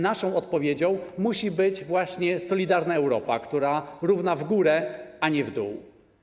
Naszą odpowiedzią musi być właśnie solidarna Europa, która równa w górę, a nie w dół.